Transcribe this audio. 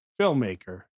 filmmaker